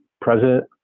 President